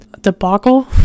debacle